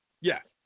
Yes